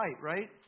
right